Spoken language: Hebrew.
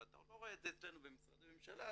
ואתה לא רואה את זה אצלנו במשרדי ממשלה,